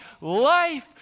life